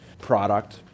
product